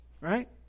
right